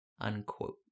unquote